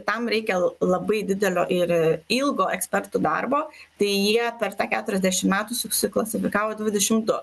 tam reikia l labai didelio ir ilgo ekspertų darbo tai jie per tą keturiasdešimt metų susiklasifikavo dvidešimt du